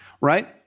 right